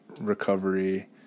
recovery